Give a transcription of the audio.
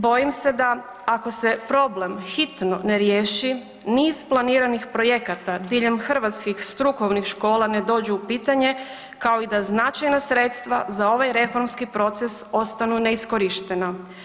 Bojim se da ako se problem hitno ne riješi, niz planiranih projekata diljem hrvatskih strukovnih škola ne dođu u pitanje kao i da značajna sredstva za ovaj reformski proces ostanu neiskorištena.